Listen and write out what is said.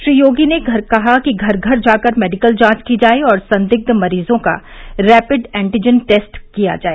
श्री योगी आदित्यनाथ ने कहा कि घर घर जाकर मेडिकल जांच की जाए और संदिग्व मरीजों का रैपिड एन्टीजन टेस्ट किया जाए